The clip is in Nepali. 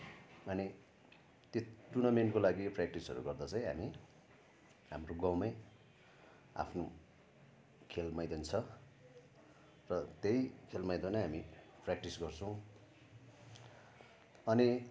माने त्यो टुर्नामेन्ट्सको लागि प्रेक्टिसहरू गर्दा चाहिँ हामी हाम्रो गाउँमै आफ्नो खेल मैदान छ र त्यही खेल मैदाममै हामी प्रेक्टिस गर्छौँ अनि